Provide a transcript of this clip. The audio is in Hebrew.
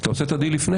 אתה עושה את הדיל לפני.